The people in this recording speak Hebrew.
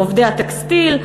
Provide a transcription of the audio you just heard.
או עובדי הטקסטיל,